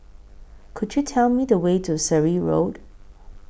Could YOU Tell Me The Way to Surrey Road